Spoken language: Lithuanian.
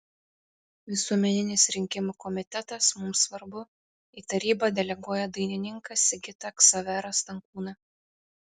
visuomeninis rinkimų komitetas mums svarbu į tarybą deleguoja dainininką sigitą ksaverą stankūną